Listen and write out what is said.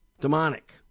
demonic